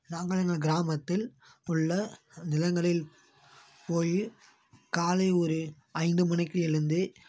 நாங்கள் எங்கள் கிராமத்தில் உள்ள நிலங்களில் போய் காலை ஒரு ஐந்து மணிக்கு எழுந்து